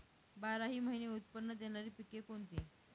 बाराही महिने उत्त्पन्न देणारी पिके कोणती?